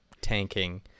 tanking